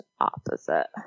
opposite